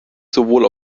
sowohl